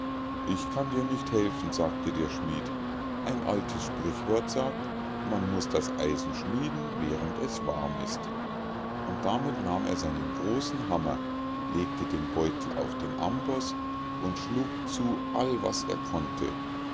ich kann dir nicht helfen sagte der schmied ein altes sprichwort sagt man muß das eisen schmieden während es warm ist und damit nahm er seinen großen hammer legte den beutel auf den amboß und schlug zu all was er konnte